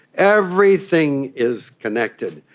everything is connected,